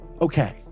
Okay